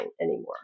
anymore